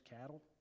cattle